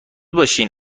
باشین